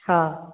हाँ